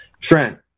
Trent